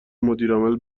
مدیرعامل